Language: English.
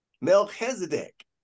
Melchizedek